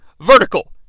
vertical